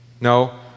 No